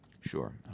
Sure